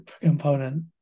component